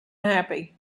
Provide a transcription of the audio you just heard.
happy